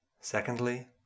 Secondly